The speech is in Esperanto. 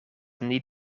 nin